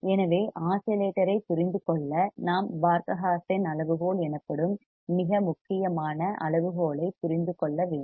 எனவே ஆஸிலேட்டரைப் புரிந்து கொள்ள நாம் பார்க ஹா சென் அளவுகோல் எனப்படும் மிக முக்கியமான அளவுகோலைப் புரிந்து கொள்ள வேண்டும்